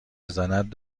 بزند